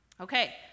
Okay